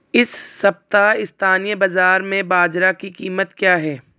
इस सप्ताह स्थानीय बाज़ार में बाजरा की कीमत क्या है?